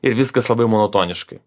ir viskas labai monotoniškai